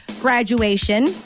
graduation